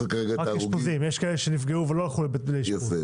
יש כאלה שנפגעו ולא התאשפזו.